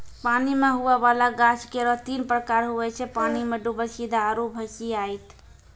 पानी मे हुवै वाला गाछ केरो तीन प्रकार हुवै छै पानी मे डुबल सीधा आरु भसिआइत